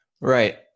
Right